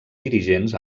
dirigents